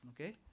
Okay